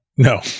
No